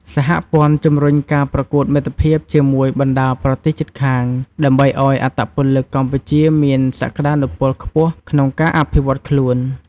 សហព័ន្ធជំរុញការប្រកួតមិត្តភាពជាមួយបណ្ដាប្រទេសជិតខាង ដើម្បីឲ្យអត្តពលិកកម្ពុជាមានសក្ដានុពលខ្ពស់ក្នុងការអភិវឌ្ឍន៍ខ្លួន។